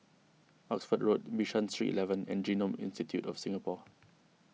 Oxford Road Bishan Street eleven and Genome Institute of Singapore